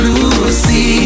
Lucy